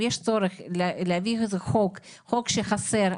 אם יש צורך להעביר חוק שחסר,